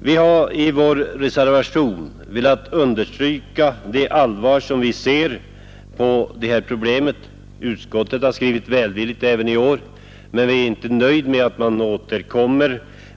Vi har i vår reservation velat understryka det allvar, med vilket vi ser på dessa problem. Utskottet har även i år skrivit välvilligt, men vi är inte nöjda enbart